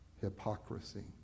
hypocrisy